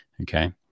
Okay